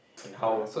how